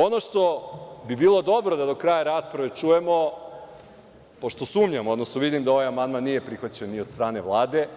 Ono što bi bilo dobro da do kraja rasprave čujemo, pošto vidim da ovaj amandman nije prihvaćen ni od strane Vlade,